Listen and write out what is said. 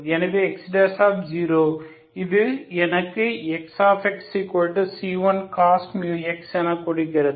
எனவே X0 இது எனக்கு Xxc1cos μx எனக் கொடுக்கிறது